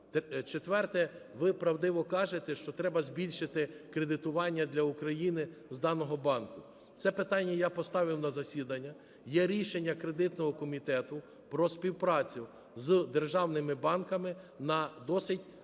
Четверте. Ви правдиво кажете, що треба збільшити кредитування для України з даного банку. Це питання я поставив на засідання. Є рішення кредитного комітету про співпрацю з державними банками на досить немалу